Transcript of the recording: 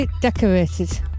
decorated